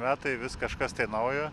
metai vis kažkas tai naujo